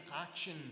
action